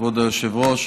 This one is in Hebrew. כבוד היושב-ראש,